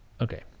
Okay